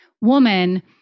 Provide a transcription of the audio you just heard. woman